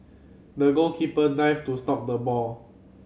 the goalkeeper dived to stop the ball